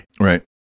Right